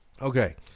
Okay